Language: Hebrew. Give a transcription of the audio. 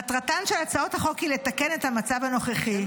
מטרתן של הצעות החוק היא לתקן את המצב הנוכחי,